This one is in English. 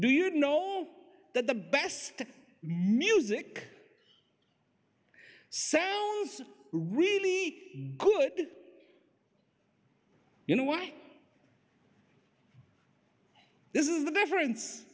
do you know that the best music sounds really good you know why this is the difference